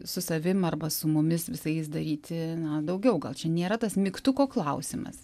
su savim arba su mumis visais daryti na daugiau gal čia nėra tas mygtuko klausimas